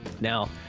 now